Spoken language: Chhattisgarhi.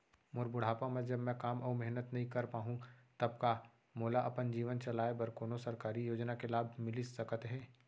मोर बुढ़ापा मा जब मैं काम अऊ मेहनत नई कर पाहू तब का मोला अपन जीवन चलाए बर कोनो सरकारी योजना के लाभ मिलिस सकत हे?